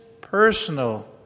personal